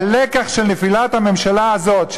הלקח של נפילת הממשלה הזאת,